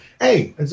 hey